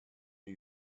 new